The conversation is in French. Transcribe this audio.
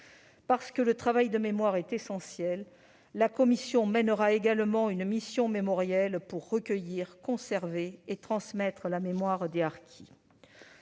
Parce que le travail de mémoire est essentiel, la commission mènera également une mission mémorielle pour recueillir, conserver et transmettre la mémoire des harkis.